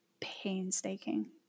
painstaking